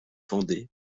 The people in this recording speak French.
vendée